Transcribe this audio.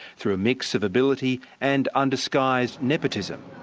through a mix of ability and undisguised nepotism.